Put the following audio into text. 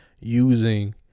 using